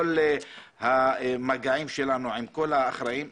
כל המגעים שלנו עם כל האחראים,